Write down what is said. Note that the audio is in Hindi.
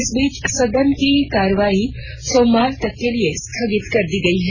इस बीच सदन की कार्यवाही सोमवार तक के लिए स्थगित कर दी है